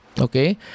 okay